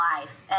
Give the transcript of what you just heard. life